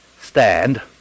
stand